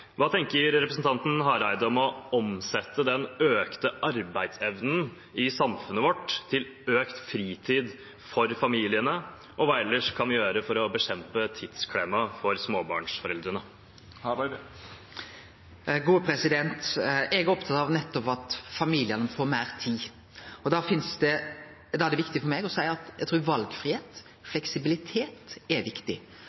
Hva tenker representanten Hareide om å omsette den økte arbeidsevnen i samfunnet vårt til økt fritid for familiene, og hva ellers kan vi gjøre for å bekjempe tidsklemma for småbarnsforeldrene? Eg er opptatt av at nettopp familiane får meir tid. Da er det viktig for meg å seie at eg trur